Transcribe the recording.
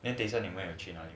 then 等下你们有去哪里